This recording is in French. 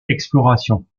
explorations